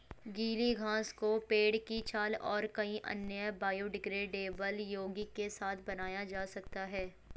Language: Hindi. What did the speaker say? गीली घास को पेड़ की छाल और कई अन्य बायोडिग्रेडेबल यौगिक के साथ बनाया जा सकता है